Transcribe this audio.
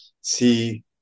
see